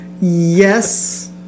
Yes